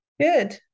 Good